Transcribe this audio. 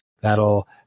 That'll